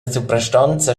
suprastonza